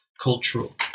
cultural